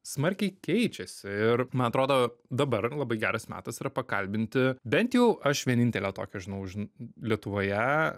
smarkiai keičiasi ir man atrodo dabar labai geras metas yra pakalbinti bent jau aš vienintelę tokią žinau ž lietuvoje